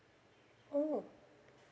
oh